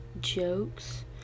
jokes